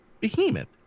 Behemoth